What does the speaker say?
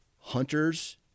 hunters